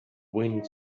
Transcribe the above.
wind